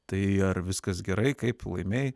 tai ar viskas gerai kaip laimėjai